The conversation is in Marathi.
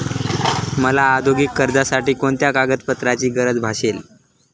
मला औद्योगिक कर्जासाठी कोणत्या कागदपत्रांची गरज भासेल?